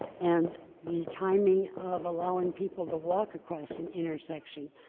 and the timing of allowing people to walk across an intersection,